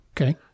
Okay